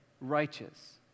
righteous